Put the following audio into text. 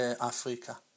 Africa